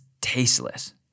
tasteless